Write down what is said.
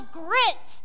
grit